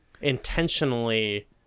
intentionally